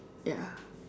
ya